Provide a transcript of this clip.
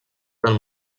del